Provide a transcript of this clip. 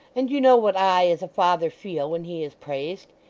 and you know what i, as a father, feel, when he is praised.